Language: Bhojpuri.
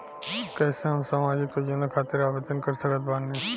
कैसे हम सामाजिक योजना खातिर आवेदन कर सकत बानी?